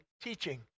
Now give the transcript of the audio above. teaching